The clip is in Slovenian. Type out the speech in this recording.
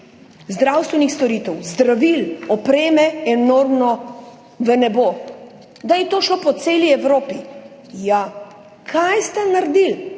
zdravstvenih storitev, zdravil, opreme enormno v nebo, da je to šlo po celi Evropi. Ja. Kaj ste naredili,